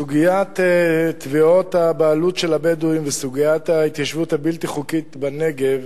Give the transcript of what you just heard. סוגיית תביעות הבעלות של הבדואים וסוגיית ההתיישבות הבלתי-חוקית בנגב